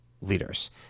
leaders